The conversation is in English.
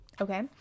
Okay